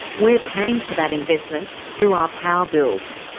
we're paying for that investment through our power bills.